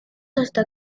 hasta